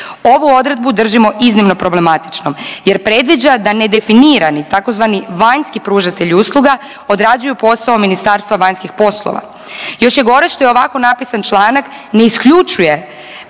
Ovu odredbu držimo iznimno problematičnom jer predviđa da nedefinirani tzv. vanjski pružatelji usluga odrađuju posao MUP-a. Još je gore što i ovako napisan članak ne isključuje